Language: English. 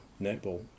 netball